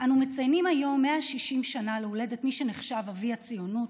אנו מציינים היום 160 שנה להולדת מי שנחשב אבי הציונות,